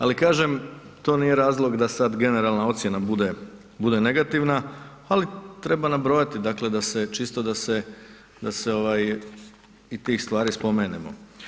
Ali kažem, to nije razlog da sad generalna ocjena bude negativna ali treba nabrojati dakle čisto da se i tih stvari spomenemo.